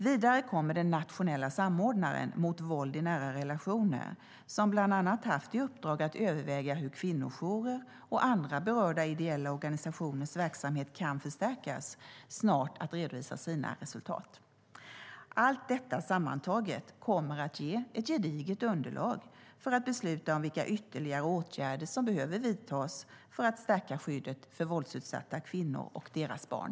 Vidare kommer den nationella samordnaren mot våld i nära relationer, som bland annat haft i uppdrag att överväga hur kvinnojourers och andra berörda ideella organisationers verksamhet kan förstärkas, snart att redovisa sina resultat. Allt detta sammantaget kommer att ge ett gediget underlag för att besluta vilka ytterligare åtgärder som behöver vidtas för att stärka skyddet för våldsutsatta kvinnor och deras barn.